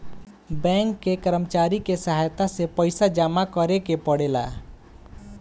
bank के कर्मचारी के सहायता से पइसा जामा करेके पड़ेला